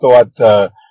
thought